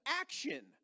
action